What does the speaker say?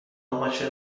ماشین